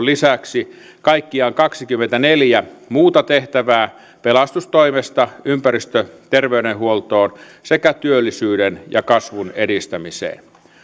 lisäksi kaikkiaan kaksikymmentäneljä muuta tehtävää pelastustoimesta ympäristöterveydenhuoltoon sekä työllisyyden ja kasvun edistämiseen